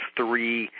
three